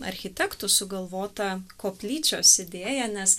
architektų sugalvotą koplyčios idėją nes